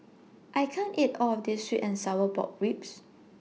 I can't eat All of This Sweet and Sour Pork Ribs